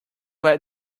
let